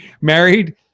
Married